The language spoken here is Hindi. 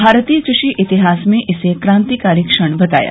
भारतीय कृषि इतिहास में इसे क्रांतिकारी क्षण बताया